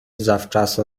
zawczasu